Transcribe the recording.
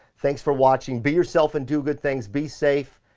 thanks for watching. be yourself and do good things. be safe,